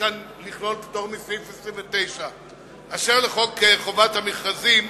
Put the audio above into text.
לכלול כאן פטור מסעיף 29. אשר לחוק חובת המכרזים,